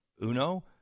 Uno